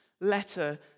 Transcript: letter